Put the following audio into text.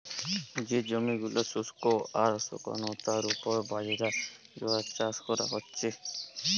যে জমি গুলা শুস্ক আর শুকনো তার উপর বাজরা, জোয়ার চাষ কোরা হচ্ছে